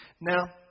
Now